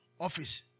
office